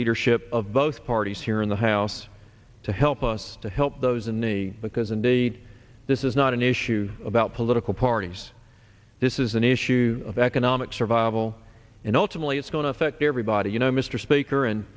leadership of both parties here in the house to help us to help those in need because indeed this is not an issue about political parties this is an issue of economic survival and ultimately it's going to affect everybody you know mr speaker and